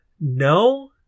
No